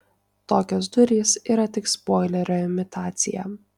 tokios durys yra tik spoilerio imitacija